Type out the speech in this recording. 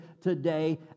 today